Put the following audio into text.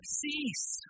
cease